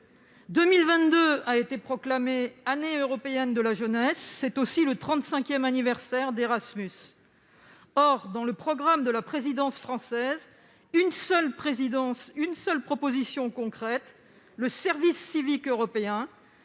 2022 a été proclamée Année européenne de la jeunesse ; c'est aussi le trente-cinquième anniversaire d'Erasmus. Or, dans le programme de la présidence française, une seule présidence, une seule proposition concrète : le service civique européen.